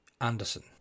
Anderson